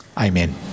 Amen